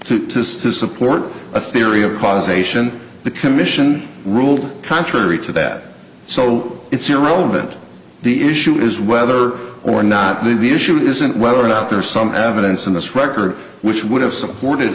this to support a theory of causation the commission ruled contrary to that so it's irrelevant the issue is whether or not the issue isn't whether or not there's some evidence in this record which would have supported